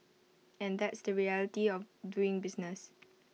and that's the reality of doing business